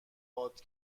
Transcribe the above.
باد